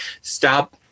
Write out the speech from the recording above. stop